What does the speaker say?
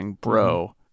bro